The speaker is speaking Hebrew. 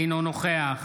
אינו נוכח